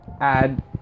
add